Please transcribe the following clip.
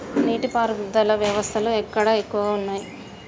నీటి పారుదల వ్యవస్థలు ఎక్కడ ఎక్కువగా ఉన్నాయి?